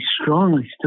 strongly